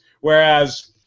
whereas